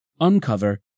uncover